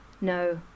no